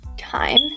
time